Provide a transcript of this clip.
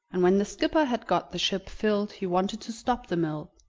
and when the skipper had got the ship filled he wanted to stop the mill,